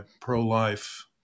pro-life